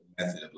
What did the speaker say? method